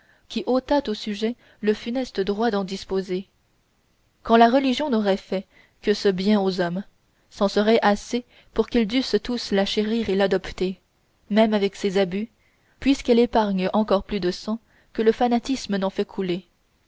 qui ôtât aux sujets le funeste droit d'en disposer quand la religion n'aurait fait que ce bien aux hommes c'en serait assez pour qu'ils dussent tous la chérir et l'adopter même avec ses abus puisqu'elle épargne encore plus de sang que le fanatisme n'en fait couler